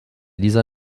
dieser